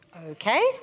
Okay